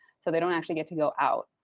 so they don't actually get to go out,